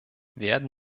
werden